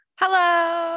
Hello